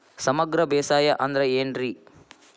ಸಮಗ್ರ ಬೇಸಾಯ ಅಂದ್ರ ಏನ್ ರೇ?